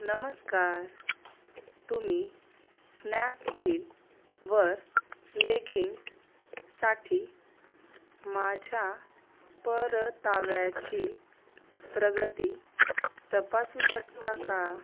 नमस्कार तुम्ही स्नॅपडीलवर लेगिंग्जसाठी माझ्या परताव्याची प्रगती तपासू शकता का